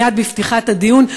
מייד בפתיחת הדיון,